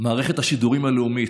מערכת השידורים הלאומית,